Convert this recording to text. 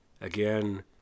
again